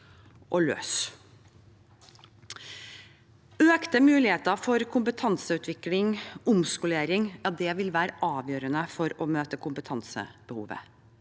Økte muligheter for kompetanseutvikling og omskolering vil være avgjørende for å møte kompetansebehovet.